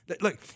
Look